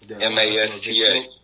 M-A-S-T-A